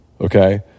okay